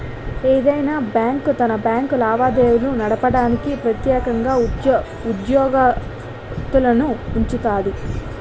ఏదైనా బ్యాంకు తన బ్యాంకు లావాదేవీలు నడపడానికి ప్రెత్యేకంగా ఉద్యోగత్తులనుంచుతాది